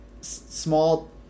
small